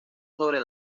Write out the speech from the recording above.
sobre